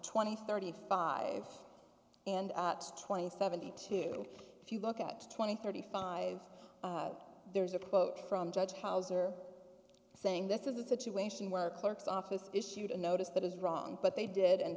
twenty thirty five and twenty seventy two if you look at twenty thirty five there's a quote from judge hauser saying this is the situation where the clerk's office issued a notice that is wrong but they did and